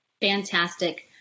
Fantastic